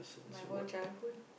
my whole childhood